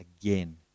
Again